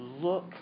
look